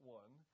one